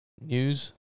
news